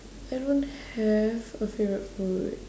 I don't have a favourite food